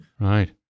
Right